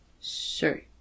Sure